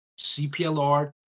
CPLR